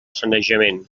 sanejament